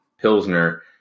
Pilsner